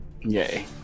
Yay